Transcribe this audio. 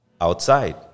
outside